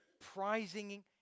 prizing